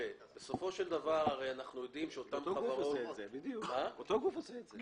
בסופו של דבר הרי אנחנו יודעים שאותן חברות --- אותו גוף עושה את זה.